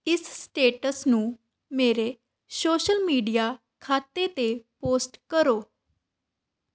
ਇਸ ਸਟੇਟਸ ਨੂੰ ਮੇਰੇ ਸ਼ੋਸ਼ਲ ਮੀਡੀਆ ਖਾਤੇ 'ਤੇ ਪੋਸਟ ਕਰੋ